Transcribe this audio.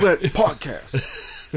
podcast